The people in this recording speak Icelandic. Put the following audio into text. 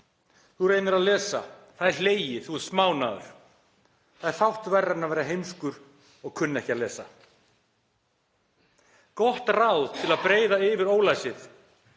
Þú reynir að lesa og það er hlegið, þú ert smánaður. Það er fátt verra en að vera heimskur og kunna ekki að lesa. Gott ráð til að breiða yfir ólæsið